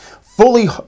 fully